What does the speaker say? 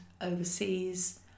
overseas